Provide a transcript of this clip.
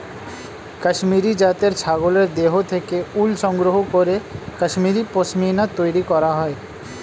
কাশ্মীরি জাতের ছাগলের দেহ থেকে উল সংগ্রহ করে কাশ্মীরি পশ্মিনা তৈরি করা হয়